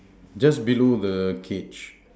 just below the cage